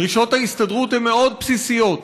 דרישות ההסתדרות הן מאוד בסיסיות,